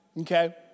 okay